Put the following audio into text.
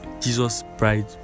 Jesus-Bride